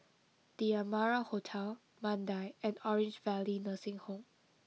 The Amara Hotel Mandai and Orange Valley Nursing Home